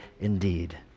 indeed